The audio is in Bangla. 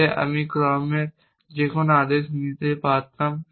তবে আমি কর্মের যে কোনও আদেশ নিতে পারতাম